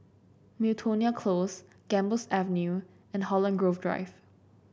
Miltonia Close Gambas Avenue and Holland Grove Drive